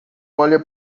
olha